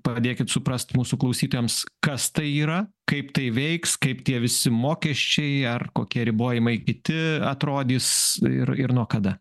padėkit suprast mūsų klausytojams kas tai yra kaip tai veiks kaip tie visi mokesčiai ar kokie ribojimai kiti atrodys ir ir nuo kada